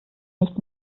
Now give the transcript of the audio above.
nichts